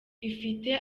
ifite